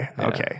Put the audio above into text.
Okay